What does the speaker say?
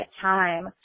time